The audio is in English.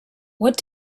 what